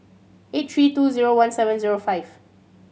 eight three two zero one seven zero five